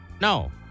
No